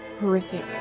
horrific